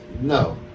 no